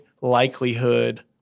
likelihood